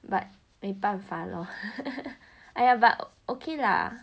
but 没办法 lor aiyah but okay lah